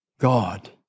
God